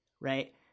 right